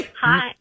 Hi